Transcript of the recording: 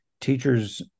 teachers